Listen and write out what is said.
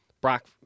Brock